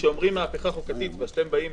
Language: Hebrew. כשאומרים מהפכה חוקתית כשאתם אומרים,